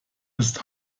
ist